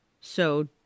So